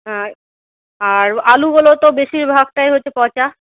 হাঁ আর আলুগুলো তো বেশিরভাগটাই হচ্ছে পচা